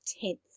tenth